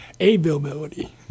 availability